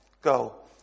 Go